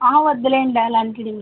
వద్దులెండి అలాంటిది